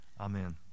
Amen